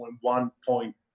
one-point